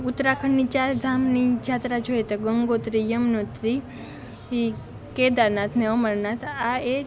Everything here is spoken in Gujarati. ઉત્તરાખંડની ચાર ધામની જાત્રા જોઈએ તો ગંગોત્રી યમનોત્રી કેદારનાથ ને અમરનાથ આ એક